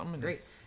Great